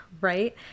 right